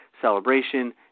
celebration